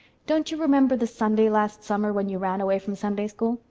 don't you remember the sunday last summer when you ran away from sunday school?